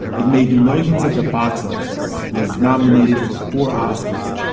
it made millions at the box office, was nominated for four oscars.